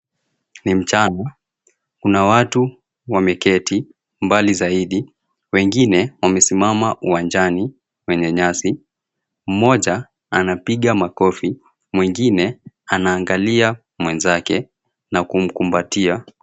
Ni mchana. Kuna watu wameketi mbali zaidi. Wengine wamesimama uwanjani wenye nyasi. Mmoja anapiga makofi. Mwengine anaangalia mwenzake na kumkumbatia.